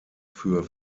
für